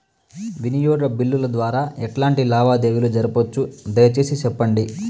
వినియోగ బిల్లుల ద్వారా ఎట్లాంటి లావాదేవీలు జరపొచ్చు, దయసేసి సెప్పండి?